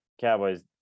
Cowboys